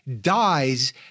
dies